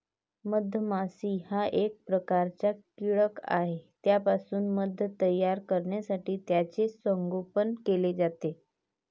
मधमाशी हा एक प्रकारचा कीटक आहे ज्यापासून मध तयार करण्यासाठी त्याचे संगोपन केले जाते